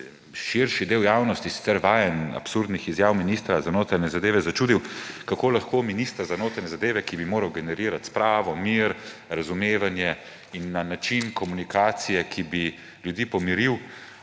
širši del javnosti, sicer vajen absurdnih izjav ministra za notranje zadeve, začudil, kako lahko minister za notranje zadeve, ki bi moral generirati spravo, mir, razumevanje in način komunikacije, ki bi ljudi pomiril,